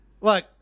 Look